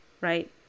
right